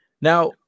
Now